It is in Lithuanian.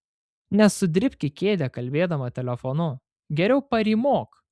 nesudribk į kėdę kalbėdama telefonu geriau parymok